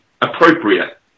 appropriate